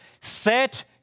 set